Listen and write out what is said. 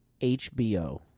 HBO